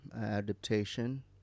adaptation